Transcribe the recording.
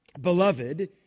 Beloved